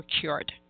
cured